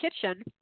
kitchen